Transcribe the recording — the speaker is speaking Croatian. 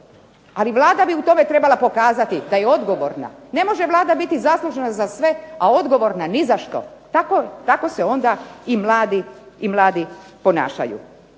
ali Vlada bi u tome trebala pokazati da je odgovorna. Ne može Vlada biti zaslužna za sve, a odgovorna ni zašto, tako se onda i mladi ponašaju.